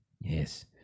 Yes